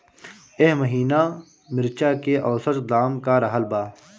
एह महीना मिर्चा के औसत दाम का रहल बा?